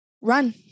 run